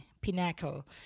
Pinnacle